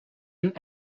een